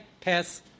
pass